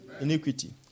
Iniquity